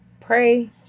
pray